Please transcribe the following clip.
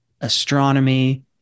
astronomy